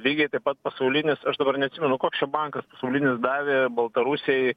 lygiai taip pat pasaulinius aš dabar neatsimenu koks čia bankas pasaulinis davė baltarusijai